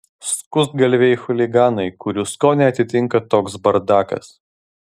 skustagalviai chuliganai kurių skonį atitinka toks bardakas